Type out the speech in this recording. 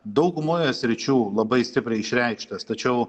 daugumoje sričių labai stipriai išreikštas tačiau